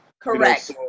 Correct